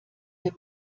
der